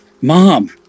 Mom